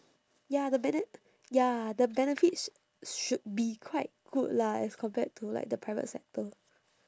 ya the bene~ ya the benefits should be quite good lah as compared to like the private sector